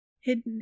hidden